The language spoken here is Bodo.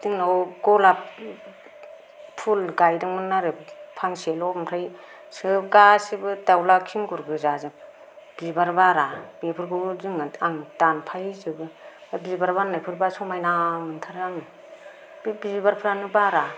जोंनाव गलाब फुल गायदोंमोन आरो फांसेल' ओमफ्राय सोब गासैबो दाउला खिंगुरगोजाजोब बिबार बारा बेफोरखौबो जोंना आं दानफायहोजोबो बिबार बारनायफोरबा समायना नुथारो आं बे बिबारफ्रानो बारा